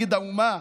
נגד האומה,